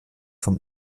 vom